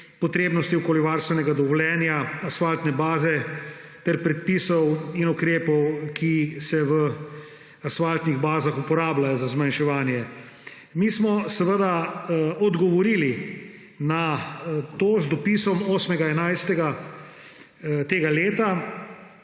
potrebnosti okoljevarstvenega dovoljenja asfaltne baze ter predpisov in ukrepov, ki se v asfaltnih bazah uporabljajo za zmanjševanje. Mi smo seveda tej civilni iniciativi odgovorili na to z dopisom 8. 11. tega leta.